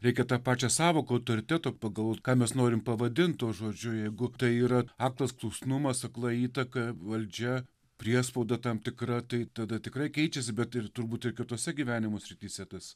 reikia tą pačią sąvoką autoriteto pagal ką mes norim pavadint tuo žodžiu jeigu tai yra aklas klusnumas akla įtaka valdžia priespauda tam tikra tai tada tikrai keičiasi bet ir turbūt ir kitose gyvenimo srityse tas